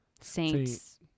saints